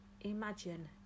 imagine